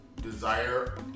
desire